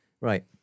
Right